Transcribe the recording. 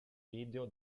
video